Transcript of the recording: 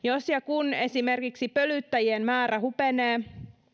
jos ja kun esimerkiksi pölyttäjien määrä hupenee